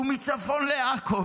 והוא מצפון לעכו,